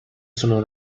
sono